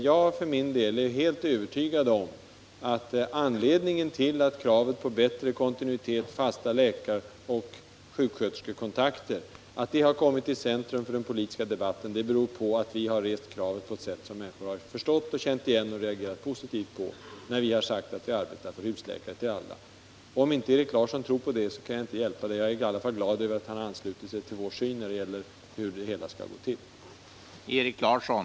Jag är övertygad om att anledningen till att kravet på bättre kontinuitet och fasta läkaroch sjuksköterskekontakter har kommit i centrum för den politiska debatten är att vi har talat på ett sätt som människor har förstått och tagit emot positivt, när vi har arbetat för husläkare till alla. Om inte Erik Larsson tror det, kan jag inte hjälpa det. Jag är i alla fall glad över att han nu har anslutit sig till vår syn.